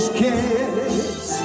kids